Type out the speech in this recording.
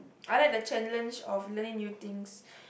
I like the challenge of learning new things